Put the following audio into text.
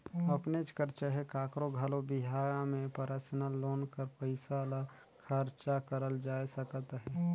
अपनेच कर चहे काकरो घलो बिहा में परसनल लोन कर पइसा ल खरचा करल जाए सकत अहे